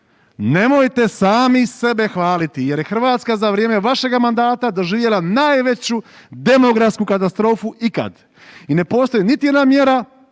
nemojte sami sebe hvaliti jer je Hrvatska za vrijeme vašega mandata doživjela najveću demografsku katastrofu ikad. I ne postoji niti jedna mjera,